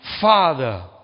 Father